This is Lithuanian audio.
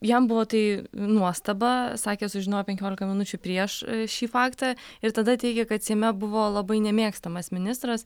jam buvo tai nuostaba sakė sužinojo penkiolika minučių prieš šį faktą ir tada teigia kad seime buvo labai nemėgstamas ministras